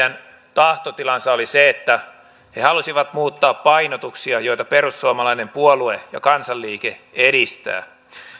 tahtotila oli se että he halusivat muuttaa painotuksia joita perussuomalainen puolue ja kansanliike edistää